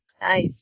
Nice